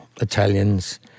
Italians